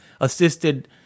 assisted